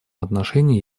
отношении